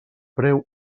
preu